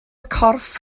corff